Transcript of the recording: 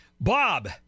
Bob